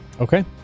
Okay